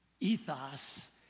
ethos